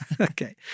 Okay